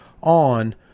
on